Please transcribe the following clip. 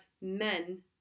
men